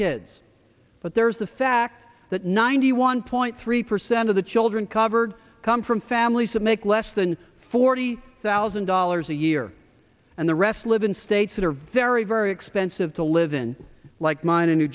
kids but there's the fact that ninety one point three percent of the children covered come from families that make less than forty thousand dollars a year and the rest live in states that are very very expensive to live in like mine in new